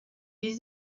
wie